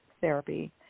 therapy